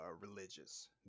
religious